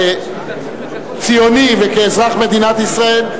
כציוני וכאזרח מדינת ישראל,